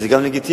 וזה גם לגיטימי,